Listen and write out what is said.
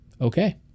okay